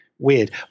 weird